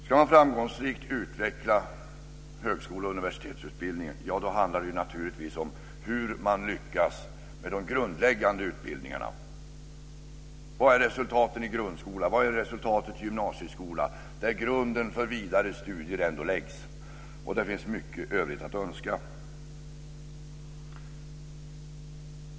Ska man framgångsrikt utveckla högskole och universitetsutbildningen handlar det om hur man lyckas med de grundläggande utbildningarna. Vad är resultatet i grundskolan och i gymnasieskolan där grunden för vidare studier läggs? Här finns det mycket övrigt att önska.